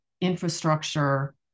infrastructure